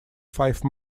five